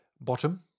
Bottom